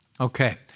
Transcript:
Okay